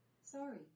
Sorry